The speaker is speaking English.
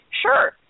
sure